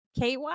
KY